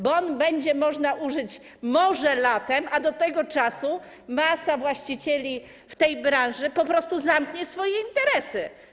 Bonu będzie można użyć może latem, a do tego czasu masa właścicieli w tej branży po prostu zamknie swoje interesy.